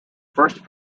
first